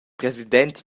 president